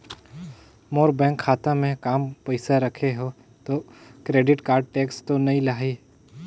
मोर bank खाता मे काम पइसा रखे हो तो क्रेडिट कारड टेक्स तो नइ लाही???